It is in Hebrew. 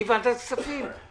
אני ועדת הכספים.